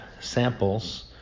samples